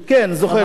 כן, זוכר את זה.